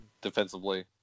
defensively